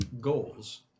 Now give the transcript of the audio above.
goals